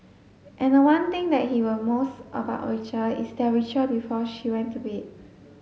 and the one thing that he will most about Rachel is their ritual before she went to bed